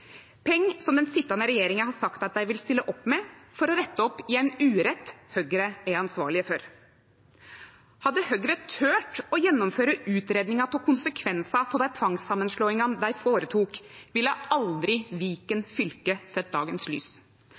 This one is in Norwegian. som den sitjande regjeringa har sagt at ho vil stille opp med for å rette opp i ein urett Høgre er ansvarleg for. Hadde Høgre tort å gjennomføre utgreiinga av konsekvensar av dei tvangssamanslåingane dei gjorde, ville aldri Viken fylke ha sett dagens lys.